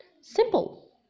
Simple